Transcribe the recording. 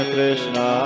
Krishna